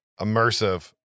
immersive